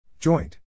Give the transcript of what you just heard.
Joint